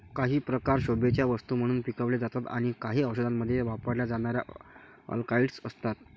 काही प्रकार शोभेच्या वस्तू म्हणून पिकवले जातात आणि काही औषधांमध्ये वापरल्या जाणाऱ्या अल्कलॉइड्स असतात